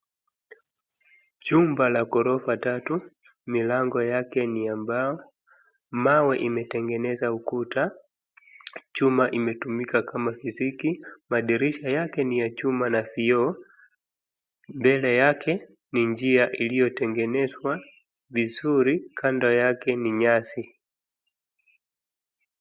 Chumba la ghorofa tatu, milango yake ni ya mbao, mawe imetengeneza ukuta, chuma imetumika kama iziki, madirisha yake ni ya chuma na kioo, mbele yake ni njia iliyotengenezwa vizuri, kando yake ni nyasi.